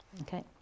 okay